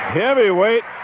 heavyweight